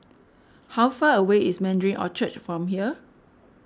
how far away is Mandarin Orchard from here